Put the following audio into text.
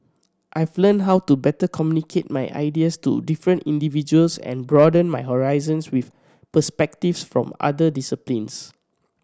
I've learnt how to better communicate my ideas to different individuals and broaden my horizons with perspectives from other disciplines